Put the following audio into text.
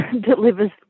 delivers